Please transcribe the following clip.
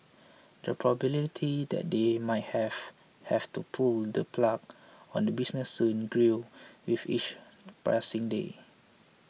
the probability that they might have have to pull the plug on the business soon grew with each passing day